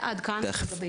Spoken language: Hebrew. עד כאן.